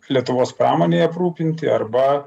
lietuvos pramonei aprūpinti arba